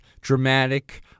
dramatic